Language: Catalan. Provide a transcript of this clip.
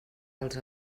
als